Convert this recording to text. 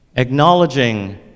Acknowledging